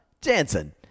Jansen